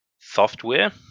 software